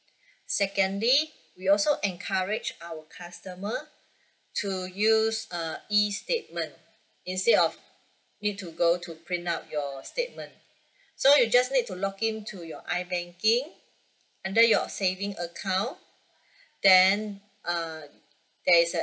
secondly we also encourage our customer to use err E statement instead of need to go to print out your statement so you just need to login to your I banking under your savings account then err there is a